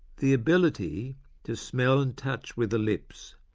the ability to smell and touch with the lips,